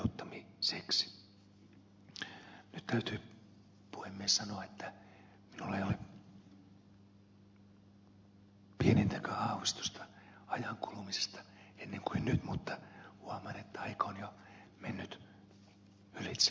nyt täytyy puhemies sanoa että minulla ei ollut pienintäkään aavistusta ajan kulumisesta ennen kuin nyt mutta huomaan että aika on jo mennyt ylitse